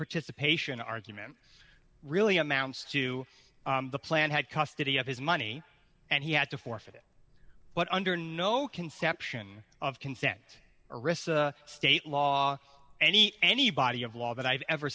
participation argument really amounts to the plan had custody of his money and he had to forfeit it but under no conception of consent or risk the state law any any body of law that i've ever